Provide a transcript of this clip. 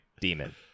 demon